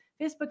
Facebook